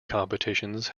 competitions